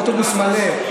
האוטובוס מלא.